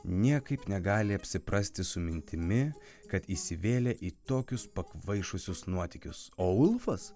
niekaip negali apsiprasti su mintimi kad įsivėlė į tokius pakvaišusius nuotykius o ulfas